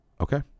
Okay